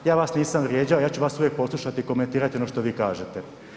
Ja vas nisam vrijeđao, ja ću vas uvijek poslušati i komentirati ono što vi kažete.